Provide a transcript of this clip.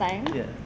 yes